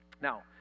Now